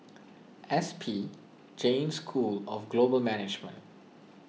S P Jain School of Global Management